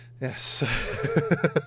Yes